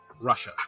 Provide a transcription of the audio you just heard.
Russia